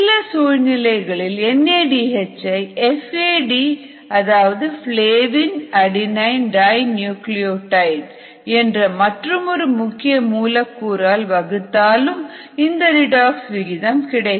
சில சூழ்நிலைகளில் N A D H ஐ F A D flavin adenine dinucleotide என்ற மற்றுமொரு முக்கிய மூலக்கூறால் வகுத்தாலும் இந்த ரெடாக்ஸ் விகிதம் கிடைக்கும்